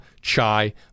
chai